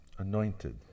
anointed